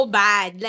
bad